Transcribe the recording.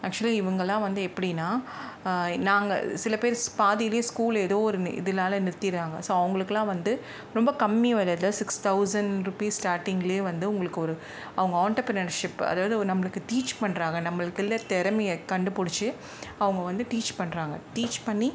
actually இவங்கெல்லாம் வந்து எப்படின்னா நாங்கள் சிலப்பேர் பாதில ஸ்கூலு ஏதோ ஒரு இதனால நிறுத்திடுறாங்க ஸோ அவங்களுக்குலாம் வந்து ரொம்ப கம்மி விலையில சிக்ஸ் தௌசண்ட் ருபிஸ் ஸ்டார்டிங்ல வந்து உங்களுக்கு ஒரு அவங்க ஆன்டர்பிரனர்சிப் அதாவது நம்மளுக்கு டீச் பண்ணுறாங்க நம்மளுக்குள்ளே திறமைய கண்டுபுடிச்சு அவங்க வந்து டீச் பண்ணுறாங்க டீச் பண்ணி